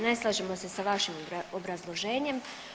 Ne slažemo se sa vašim obrazloženjem.